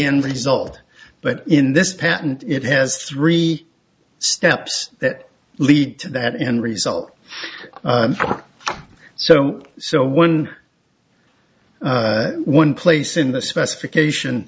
end result but in this patent it has three steps that lead to that end result so so one one place in the specification